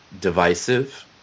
divisive